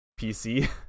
PC